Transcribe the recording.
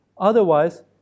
Otherwise